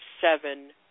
seven